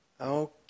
Okay